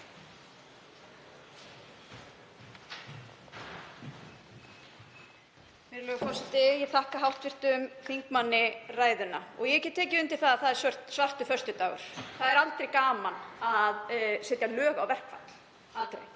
forseti. Ég þakka hv. þingmanni ræðuna. Og ég get tekið undir það að það er svartur föstudagur. Það er aldrei gaman að setja lög á verkfall, aldrei.